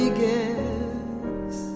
guess